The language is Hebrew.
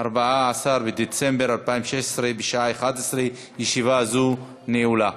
14 בדצמבר 2016, בשעה 11:00. ישיבה זו נעולה.